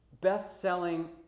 best-selling